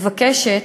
מבקשת,